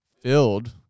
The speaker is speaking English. filled